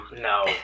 No